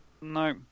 No